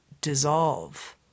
dissolve